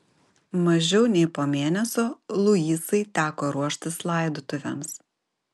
mažiau nei po mėnesio luisai teko ruoštis laidotuvėms